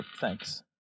Thanks